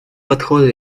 подходы